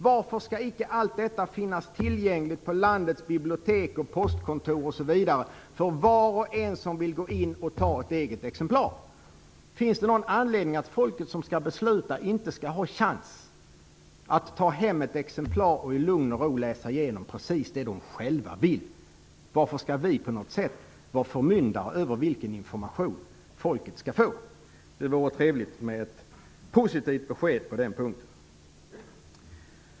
Varför skall icke allt detta finnas tillgängligt på landets bibliotek, postkontor osv., för var och en som vill gå in och ta ett eget exemplar? Finns det någon anledning att folket som skall besluta inte skall ha chans att ta hem ett exemplar och i lugn och ro läsa igenom precis det de själva vill? Varför skall vi på något sätt vara förmyndare över vilken information folket skall få? Det vore trevligt med ett positivt besked på den punkten.